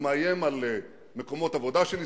הוא מאיים על מקומות עבודה של ישראלים,